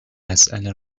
مساله